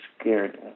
scared